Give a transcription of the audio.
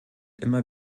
immer